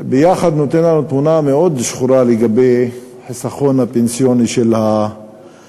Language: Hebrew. יחד זה נותן לנו תמונה מאוד שחורה של החיסכון הפנסיוני של האזרחים,